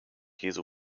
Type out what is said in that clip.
jesu